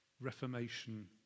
Reformation